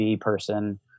person